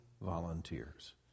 volunteers